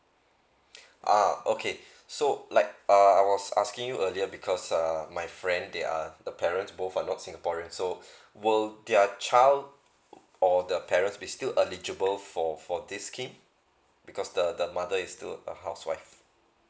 ah okay so like uh I was asking you earlier because uh my friend they are her parents both are not singaporean so will their child or the parents be still eligible for for this scheme because the the mother is still a housewife